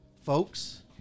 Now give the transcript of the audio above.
folks